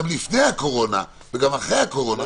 גם לפני הקורונה וגם אחרי מה